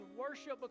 worship